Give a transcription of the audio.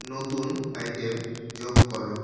নতুন আইটেম যোগ কর